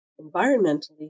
environmentally